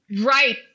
Right